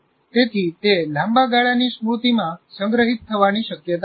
તેથી તે લાંબા ગાળાની સ્મૃતિમાં સંગ્રહિત થવાની શક્યતા નથી